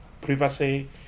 privacy